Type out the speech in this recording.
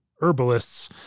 herbalists